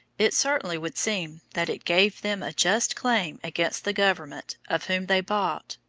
it certainly would seem that it gave them a just claim against the government of whom they bought,